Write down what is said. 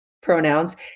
pronouns